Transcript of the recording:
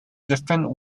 different